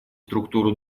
структуру